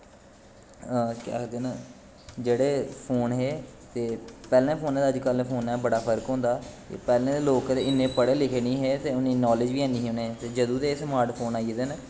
केह् आखदे न जेह्ड़े फोन हे पैह्लें फोनें दा ते अज कल दे फोनें दा बड़ा फर्क होंदा पैह्लें ते लोक इन्ने पछटे लिखे नेंई हे ते इन्नी नॉलेज़ बी नी ऐही उनें गी जदूं दे एह् स्मार्टपोन आई गेदे न